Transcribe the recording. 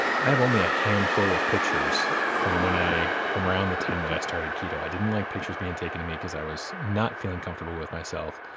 i have only a handful of pictures from when i. from around the time that i started keto. i didn't like pictures being taken to me, because i was not feeling comfortable with myself.